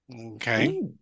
Okay